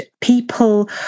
people